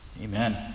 Amen